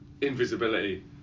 Invisibility